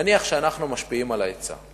נניח שאנחנו משפיעים על ההיצע.